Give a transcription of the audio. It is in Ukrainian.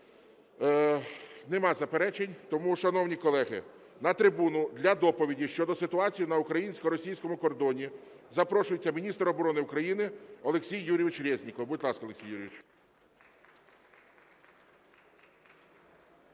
Нема заперечень. Тому, шановні колеги, на трибуну для доповіді щодо ситуації на українсько-російському кордоні запрошується міністр оборони України Олексій Юрійович Резніков. Будь ласка, Олексій Юрійович.